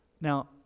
now